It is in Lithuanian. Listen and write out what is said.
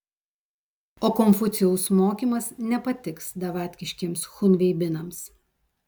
o konfucijaus mokymas nepatiks davatkiškiems chunveibinams